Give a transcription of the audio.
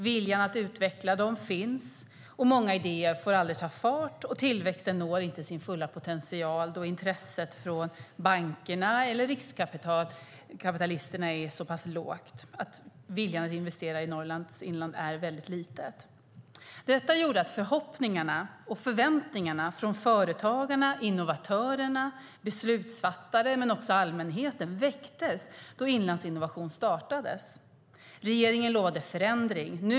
Viljan att utveckla dem finns, men många idéer får aldrig ta fart och tillväxten når inte sin fulla potential eftersom intresset från bankerna eller riskkapitalisterna är så pass lågt och viljan att investera i Norrlands inland väldigt liten. Detta gjorde att förhoppningarna och förväntningarna från företagarna, innovatörerna, beslutsfattare och också allmänheten väcktes när Inlandsinnovation startades. Regeringen lovade förändring.